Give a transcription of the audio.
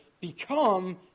become